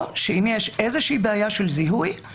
או שאם יש איזושהי בעיה של זיהוי,